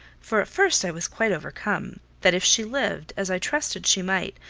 for at first i was quite overcome that if she lived, as i trusted she might,